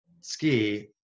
ski